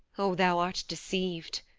oh, thou art deceiv'd,